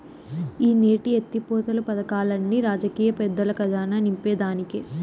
ఈ నీటి ఎత్తిపోతలు పదకాల్లన్ని రాజకీయ పెద్దల కజానా నింపేదానికే